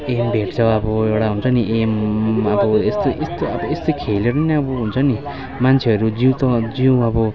am भेट्छ अब एउटा हुन्छ नि एम अब यस्तो यस्तो अब यस्तो खेलेर पनि अब हुन्छ नि मान्छेहरू जिउ त जिउ अब